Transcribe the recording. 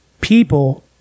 people